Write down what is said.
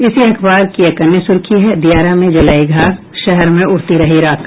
इसी अखबार की एक अन्य सुर्खी है दियारा में जलायी घास शहर में उड़ती रही राख